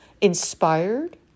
inspired